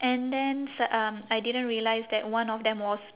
and then s~ um I didn't realise that one of them was